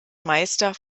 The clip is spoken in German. meister